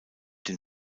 den